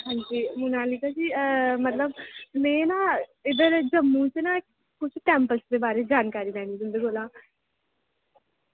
हां जी मुनालीका जी मतलब मी ना इद्धर जम्मू च न कुछ टैम्पलस दे बारे च जानकारी लैनी तुं'दे कोला